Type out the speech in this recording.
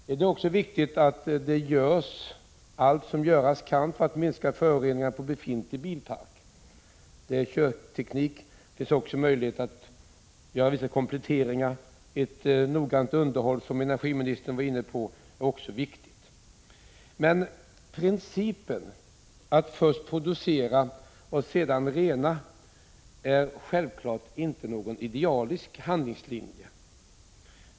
Det är också viktigt att man gör allt som göras kan för att minska Om Myärdörfören Ks N äs -; n minska kväveutföroreningarna från befintlig bilpark. Det gäller körteknik, komplettering av släppen utrustning, samt ett noggrant underhåll, som energiministern var inne på, vilket också är viktigt. Men principen att först producera föroreningar och sedan rena är självfallet inte någon idealisk handlingslinje.